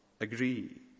agree